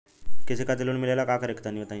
कृषि खातिर लोन मिले ला का करि तनि बताई?